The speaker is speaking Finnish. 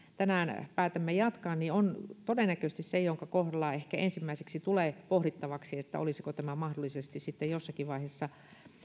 tänään päätämme jatkaa tämä on todennäköisesti se jonka kohdalla ehkä ensimmäiseksi tulee pohdittavaksi että olisiko tämä mahdollisesti sitten jossakin vaiheessa